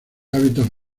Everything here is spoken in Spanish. hábitos